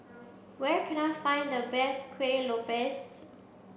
where can I find the best Kuih Lopes